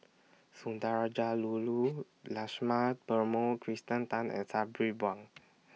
Sundarajululu Lakshma Perumal Kirsten Tan and Sabri Buang